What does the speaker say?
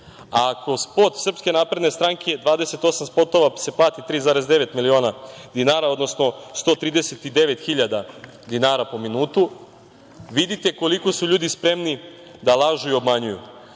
ako spot SNS, 28 spotova se plati 3,9 miliona dinara, odnosno 139 hiljada dinara po minutu, vidite koliko su ljudi spremni da lažu i obmanjuju. Čisto